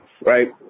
Right